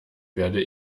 werde